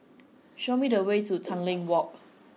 show me the way to Tanglin Walk